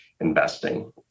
investing